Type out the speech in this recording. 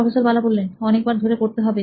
professor বালা অনেকবার ধরে করতে হবে